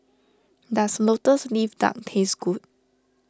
does Lotus Leaf Duck taste good